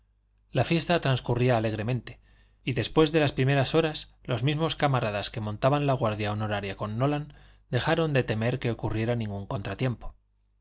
la fiesta transcurría alegremente y después de las primeras horas los mismos camaradas que montaban la guardia honoraria con nolan dejaron de temer que ocurriera ningún contratiempo